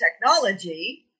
technology